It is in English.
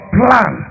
plan